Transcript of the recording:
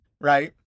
right